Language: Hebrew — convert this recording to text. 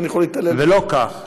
ולא כך,